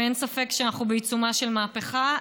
ואין ספק שאנחנו בעיצומה של מהפכה.